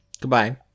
Goodbye